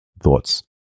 thoughts